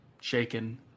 shaken